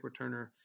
returner